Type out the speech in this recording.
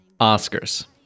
Oscars